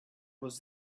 was